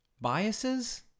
biases